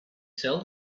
sell